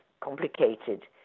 complicated